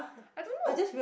I don't know